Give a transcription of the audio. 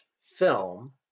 film